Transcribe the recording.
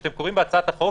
שאתם קוראים בהצעת החוק,